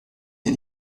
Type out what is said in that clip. dir